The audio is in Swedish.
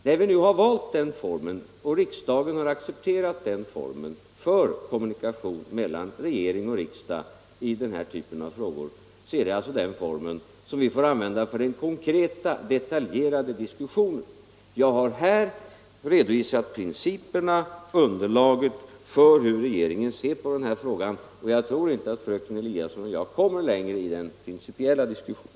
När vi nu har valt den formen och riksdagen har accepterat den som kommunikation mellan regering och riksdag i den här typen av frågor, så är det den formen vi får använda för den konkreta, detaljerade diskussionen. Jag har här redovisat principerna och underlaget för hur regeringen ser på denna fråga, och jag tror inte att fröken Eliasson och jag kommer längre i denna principiella diskussion.